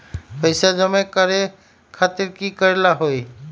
पैसा जमा करे खातीर की करेला होई?